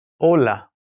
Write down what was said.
Hola